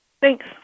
Thanks